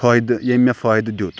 فٲیدٕ ییٚمۍ مےٚ فٲیدٕ دیُت